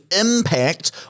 impact